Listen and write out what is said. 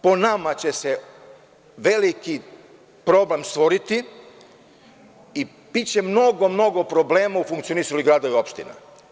Po nama će se veliki problem stvoriti i biće mnogo, mnogo problema u funkcionisanju gradova i opština.